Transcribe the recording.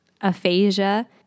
Aphasia